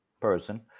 person